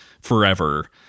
forever